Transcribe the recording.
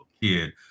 kid